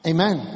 Amen